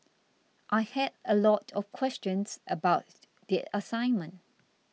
I had a lot of questions about the assignment